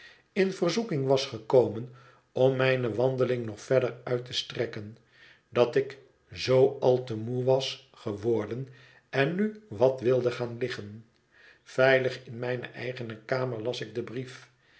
in verzoeking was gekomen om mijne wandeling nog verder uit te strekken dat ik z al te moe was geworden en nu wat wilde gaan liggen veilig in mijne eigene kamer las ik den brief